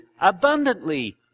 abundantly